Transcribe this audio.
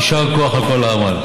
יישר כוח על כל העמל.